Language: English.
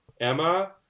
Emma